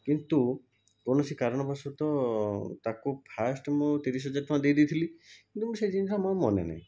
କିନ୍ତୁ କୌଣସି କାରଣବଶତଃ ତାକୁ ଫାର୍ଷ୍ଟ ମୁଁ ତିରିଶ ହଜାର ଟଙ୍କା ଦେଇ ଦେଇଥିଲି କିନ୍ତୁ ସେଇ ଜିନିଷଟା ମୋର ମନେ ନାହିଁ